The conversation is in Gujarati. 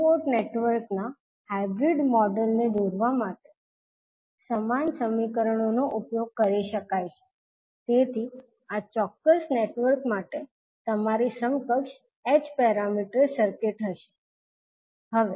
ટુ પોર્ટ નેટવર્કના હાઇબ્રીડ મોડેલને દોરવા માટે સમાન સમીકરણનો ઉપયોગ કરી શકાય છે તેથી આ ચોક્કસ નેટવર્ક માટે તમારી સમકક્ષ h પેરામીટર સર્કિટ હશે